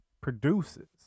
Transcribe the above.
produces